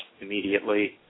immediately